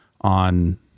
on